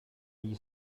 agli